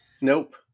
Nope